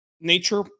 nature